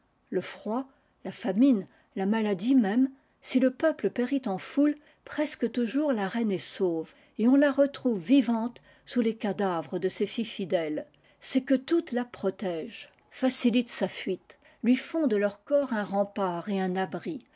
le froid la famine la maladie même si le peuple périt en foule presque toujours la reine est sauve et on la retrouve vivante sous les cadavres de ses filles fidèles c'est que toutes il rotègent facilitent sa fuite lui font de leur c ps un rempart et un abri